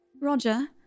Roger